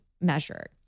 measure